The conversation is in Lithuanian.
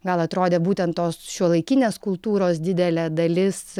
gal atrodė būtent tos šiuolaikinės kultūros didelė dalis